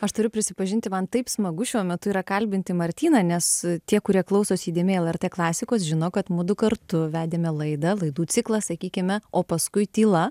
aš turiu prisipažinti man taip smagu šiuo metu yra kalbinti martyną nes tie kurie klausosi įdėmiai lrt klasikos žino kad mudu kartu vedėme laidą laidų ciklą sakykime o paskui tyla